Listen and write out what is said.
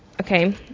Okay